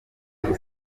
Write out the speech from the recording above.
hari